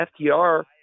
FTR